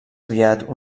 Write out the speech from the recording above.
aviat